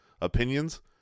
opinions